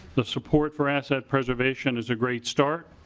the support for asset preservation is a great start.